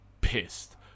pissed